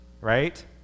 right